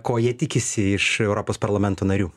ko jie tikisi iš europos parlamento narių